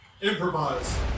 Improvise